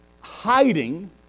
hiding